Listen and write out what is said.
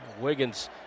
Wiggins